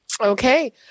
Okay